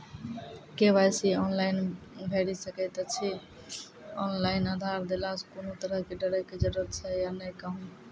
KYC online भैरि सकैत छी, ऑनलाइन आधार देलासॅ कुनू तरहक डरैक जरूरत छै या नै कहू?